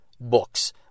books